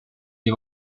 nii